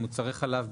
מוצרי חלב,